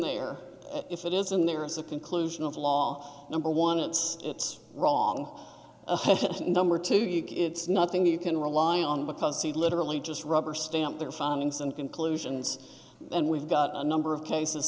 there if it isn't there is a pink luzhin of the law number one it's it's wrong number to you it's nothing you can rely on because he literally just rubber stamp their findings and conclusions and we've got a number of cases